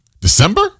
December